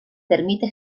permite